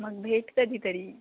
मग भेट कधी तरी